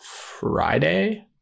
Friday